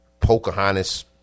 Pocahontas